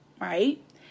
right